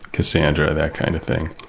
cassandra, that kind of thing.